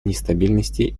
нестабильности